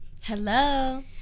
Hello